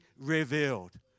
revealed